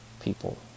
people